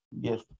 Yes